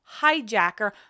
hijacker